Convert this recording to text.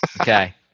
Okay